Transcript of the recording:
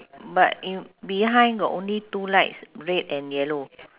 but i~ behind got only two lights red and yellow